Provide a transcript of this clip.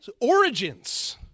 origins